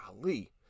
Golly